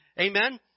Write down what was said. Amen